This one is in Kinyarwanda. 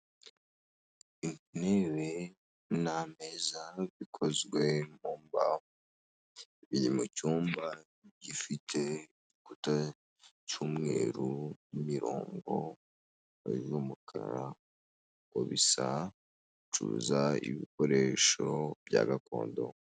Intebe n'ameza bikozwe mu mbaho, biri mu cyumba gifite igikuta cy'umweru n'imirongo y'umukara, uko bisa bacuruza ibikoresho bya gakondo.